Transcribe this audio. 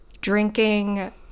drinking